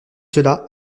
cela